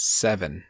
seven